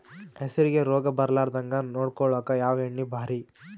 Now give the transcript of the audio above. ಹೆಸರಿಗಿ ರೋಗ ಬರಲಾರದಂಗ ನೊಡಕೊಳುಕ ಯಾವ ಎಣ್ಣಿ ಭಾರಿ?